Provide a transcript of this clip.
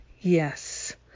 yes